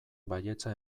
baietza